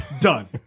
Done